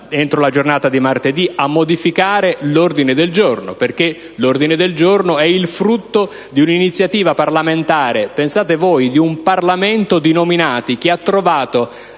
entro la giornata di martedì, a modificare l'ordine del giorno. Quest'ultimo è il frutto di un'iniziativa parlamentare - pensate voi - di un Parlamento di nominati che ha trovato